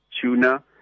tuna